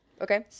Okay